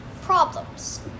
problems